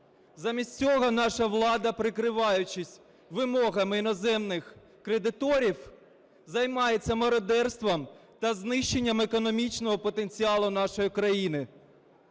Замість цього наша влада, прикриваючись вимогами іноземних кредиторів, займається мародерством та знищенням економічного потенціалу нашої країни.